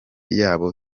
yabo